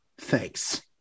Thanks